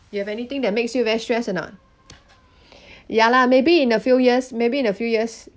you have anything that makes you very stressed or not ya lah maybe in a few years maybe in a few years